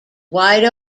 wide